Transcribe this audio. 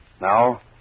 Now